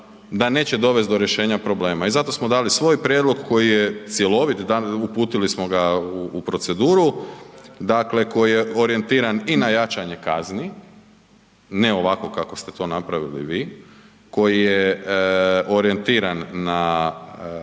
da neće dovest do rješenja problema i zato smo dali svoj prijedlog koji je cjelovit, uputili smo ga u proceduru, dakle koji je orijentiran i na jačanje kazni, ne ovako kako ste to napravili vi, koji je orijentiran na